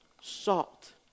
Salt